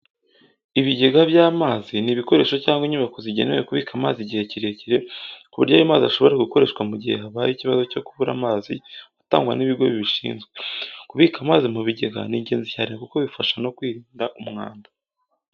Ibigega by'amazi ni ibikoresho cyangwa inyubako zigenewe kubika amazi igihe kirekire, ku buryo ayo mazi ashobora gukoreshwa mu gihe habaye ikibazo cyo kubura amazi atangwa n'ibigo bibishinzwe. Kubika amazi mu bigega ni ingenzi cyane kuko bifasha no kwirinda umwanda.